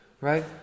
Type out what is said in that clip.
right